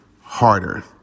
Harder